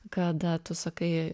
kad tu sakai